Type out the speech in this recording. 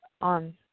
on